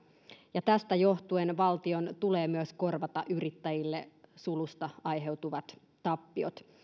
ja tästä johtuen valtion tulee myös korvata yrittäjille sulusta aiheutuvat tappiot